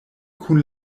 kun